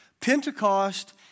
Pentecost